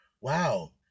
Wow